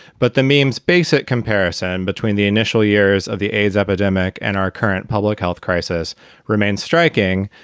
but the maims basic comparison between the initial years of the aids epidemic and our current public health crisis remains striking.